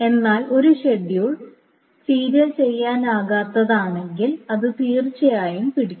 എന്നാൽ ഒരു schedule serial ചെയ്യാനാകാത്തതാണെങ്കിൽ അത് തീർച്ചയായും പിടിക്കും